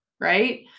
Right